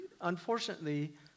unfortunately